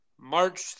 march